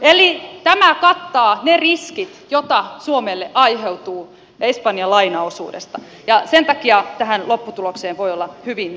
eli tämä kattaa ne riskit joita suomelle aiheutuu espanjan lainaosuudesta ja sen takia tähän lopputulokseen voi olla hyvin tyytyväinen